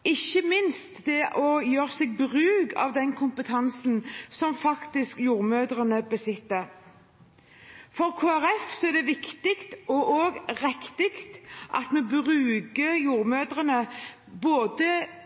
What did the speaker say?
ikke minst det å gjøre bruk av den kompetansen som jordmødrene besitter. For Kristelig Folkeparti er det viktig og riktig at vi bruker jordmødrene både